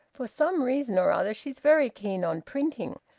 for some reason or other she's very keen on printing,